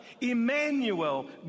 Emmanuel